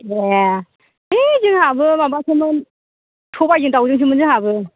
ए है जोंहाबो माबासोमोन सबायजों दाउजों सोमोन जोंहाबो